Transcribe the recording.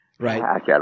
Right